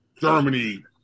Germany